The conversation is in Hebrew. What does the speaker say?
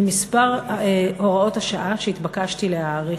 ממספר הוראות השעה שהתבקשתי להאריך.